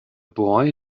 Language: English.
boy